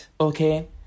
okay